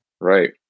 Right